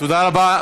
תודה רבה.